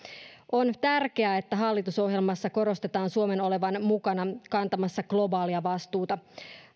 on tärkeää että hallitusohjelmassa korostetaan suomen olevan mukana kantamassa globaalia vastuuta